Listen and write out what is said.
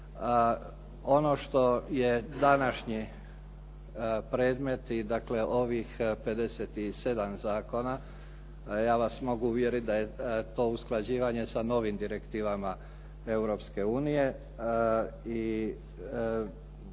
Ono što je današnji predmet i dakle ovih 57. zakona, a ja vas mogu uvjeriti da je to usklađivanje sa novim direktivama Europske unije